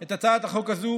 את הצעת החוק הזו,